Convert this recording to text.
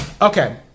Okay